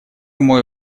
мой